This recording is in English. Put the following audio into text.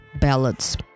Ballads